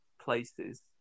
places